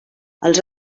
els